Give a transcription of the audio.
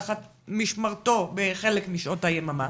תחת משמרתו בחלק משעות היממה?